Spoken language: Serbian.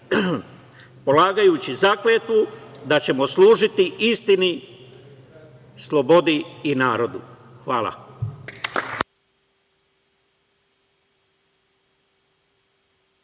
polagajući zakletvu da ćemo služiti istini slobodi i narodu. Hvala.